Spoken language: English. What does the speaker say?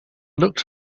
looked